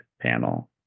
panel